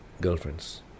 Girlfriends